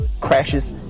crashes